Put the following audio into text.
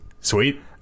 Sweet